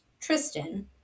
Tristan